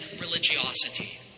religiosity